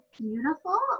beautiful